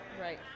Right